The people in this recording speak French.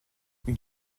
une